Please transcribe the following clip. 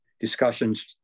discussions